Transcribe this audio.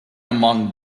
among